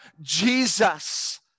Jesus